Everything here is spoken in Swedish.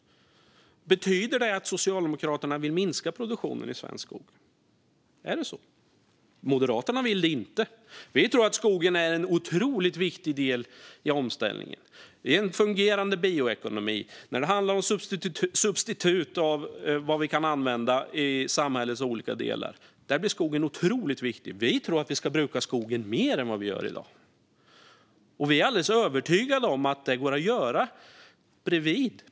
Betyder det att Socialdemokraterna vill minska produktionen i svensk skog? Är det så? Moderaterna vill det inte. Vi tror att skogen är en otroligt viktig del i omställningen. Det är en fungerande bioekonomi. När det handlar om substitut för sådant vi kan använda i samhällets olika delar blir skogen otroligt viktig. Vi tror att vi ska bruka skogen mer än vad vi gör i dag, och vi är alldeles övertygade om att det går att göra.